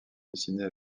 dessinée